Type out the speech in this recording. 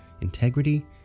integrity